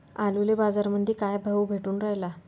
आलूले बाजारामंदी काय भाव भेटून रायला?